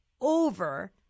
over